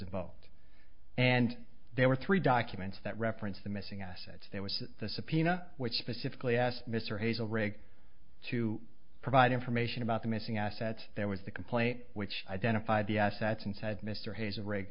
invoked and there were three documents that referenced the missing assets that was the subpoena which specifically asked mr hazel rig to provide information about the missing assets there was the complaint which identified the assets and said mr ha